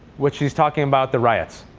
which he's talking about the riots.